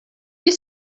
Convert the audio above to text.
you